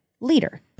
leader